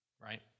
right